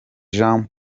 jean